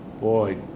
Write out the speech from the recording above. boy